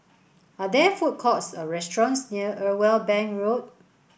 are there food courts or restaurants near Irwell Bank Road